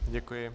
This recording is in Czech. Děkuji.